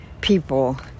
people